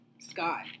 Scott